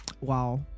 wow